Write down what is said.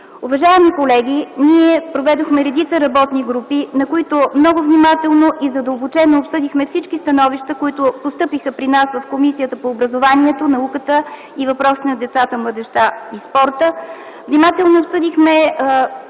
Уважаеми колеги, ние проведохме редица работни групи, на които много внимателно и задълбочено обсъдихме всички становища, които постъпиха при нас в Комисията по образованието, науката и въпросите на децата, младежта и спорта, внимателно обсъдихме